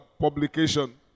publication